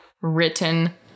written